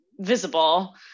visible